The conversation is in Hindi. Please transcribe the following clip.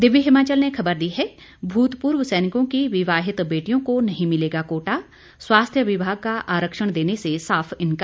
दिव्य हिमाचल ने खबर दी है भूतपूर्व सैनिकों की विवाहित बेटियों को नहीं मिलेगा कोटा स्वास्थ्य विभाग का आरक्षण देने से साफ इंकार